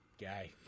guy